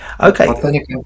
Okay